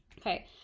Okay